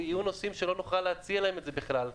יהיו נוסעים שלא נוכל להציע להם את זה בכלל,